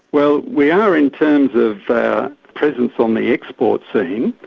well we are in terms of presence on the export scene.